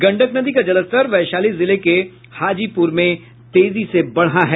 गंडक नदी का जलस्तर वैशाली जिले के हाजीपुर में तेजी से बढ़ा है